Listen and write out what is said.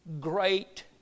great